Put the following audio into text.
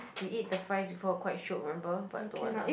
we eat the fries before quite shiok remember but don't want ah